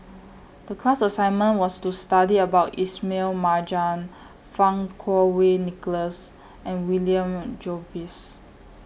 The class assignment was to study about Ismail Marjan Fang Kuo Wei Nicholas and William Jervois